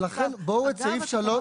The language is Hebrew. ולכן בואו את סעיף 3,